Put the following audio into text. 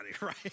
right